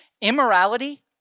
immorality